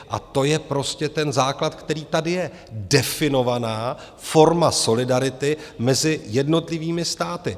A to je prostě ten základ, který tady je, definovaná forma solidarity mezi jednotlivými státy.